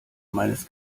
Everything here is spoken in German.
meines